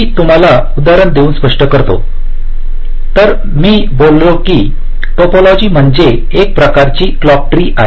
मी तुम्हाला उदाहरण देऊन स्पष्ट करतो तर मी बोललो कि टोपोलॉजी म्हणजे एक प्रकारचे क्लॉक ट्री आहे